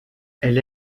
elle